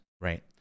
Right